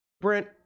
Brent